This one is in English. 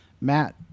Matt